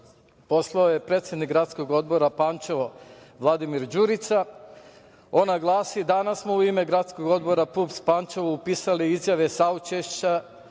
poslao je predsednik gradskog odbora Pančevo, Vladimir Đurica. Ona glasi: "Danas smo u ime gradskog odbora PUPS Pančevo upisali izjave saučešća